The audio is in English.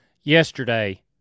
yesterday